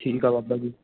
ਠੀਕ ਆ ਬਾਬਾ ਜੀ